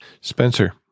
Spencer